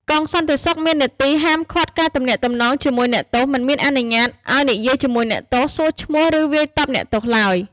កងសន្តិសុខមានតួនាទី ហាមឃាត់ការទំនាក់ទំនងជាមួយអ្នកទោស មិនអនុញ្ញាតឱ្យនិយាយជាមួយអ្នកទោស សួរឈ្មោះ ឬវាយតប់អ្នកទោសឡើយ។